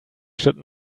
should